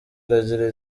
iragira